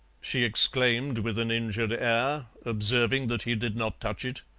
she exclaimed, with an injured air, observing that he did not touch it.